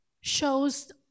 shows